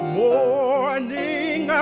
morning